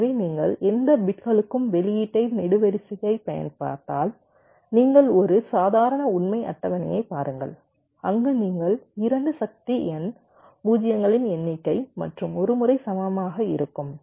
எனவே நீங்கள் எந்த பிட்களுக்கும் வெளியீட்டு நெடுவரிசையைப் பார்த்தால் நீங்கள் ஒரு சாதாரண உண்மை அட்டவணையைப் பாருங்கள் அங்கு நீங்கள் 2 சக்தி n பூஜ்ஜியங்களின் எண்ணிக்கை மற்றும் ஒரு முறை சமமாக இருக்கும்